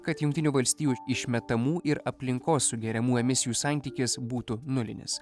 kad jungtinių valstijų išmetamų ir aplinkos sugeriamų emisijų santykis būtų nulinis